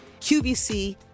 QVC